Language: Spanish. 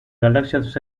galaxias